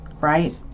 Right